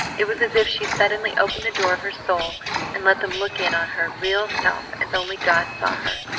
it was as if she suddenly opened the door of her soul and let them look in on her real self as only god saw her.